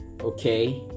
okay